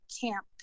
camp